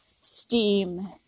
steam